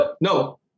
no